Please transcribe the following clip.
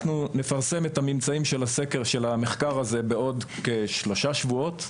אנחנו נפרסם את הממצאים של המחקר הזה בעוד כשלושה שבועות.